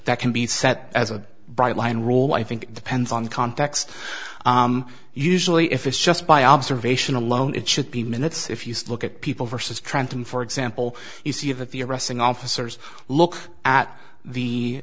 that can be set as a bright line rule i think depends on context usually if it's just by observation alone it should be minutes if you look at people versus trenton for example you see that the arresting officers look at